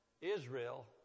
Israel